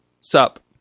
sup